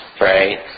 right